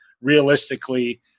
realistically